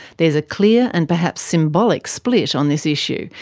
there's a clear and perhaps symbolic split on this issue.